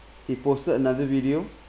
he posted another video